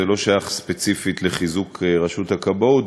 זה לא שייך ספציפית לחיזוק רשות הכבאות,